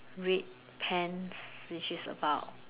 red pants which is about